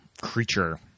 creature